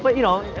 but you know,